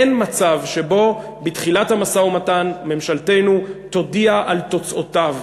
אין מצב שבו בתחילת המשא-ומתן ממשלתנו תודיע על תוצאותיו.